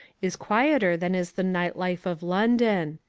is quieter than is the night life of london.